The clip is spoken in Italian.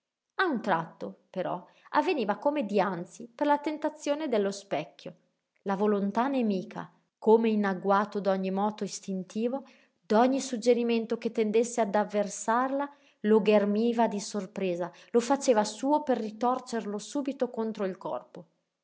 a un tratto però avveniva come dianzi per la tentazione dello specchio la volontà nemica come in agguato d'ogni moto istintivo d'ogni suggerimento che tendesse ad avversarla lo ghermiva di sorpresa lo faceva suo per ritorcerlo subito contro il corpo